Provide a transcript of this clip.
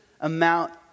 amount